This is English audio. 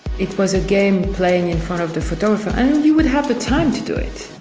it was a game playing in front of the photographers and you would have the time to do it.